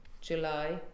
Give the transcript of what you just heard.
July